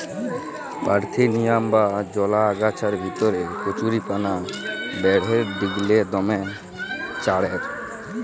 parthenium বা জলা আগাছার ভিতরে কচুরিপানা বাঢ়্যের দিগেল্লে দমে চাঁড়ের